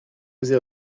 osé